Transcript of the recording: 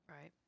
Right